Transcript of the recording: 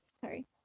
Sorry